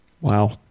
Wow